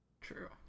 True